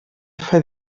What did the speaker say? fer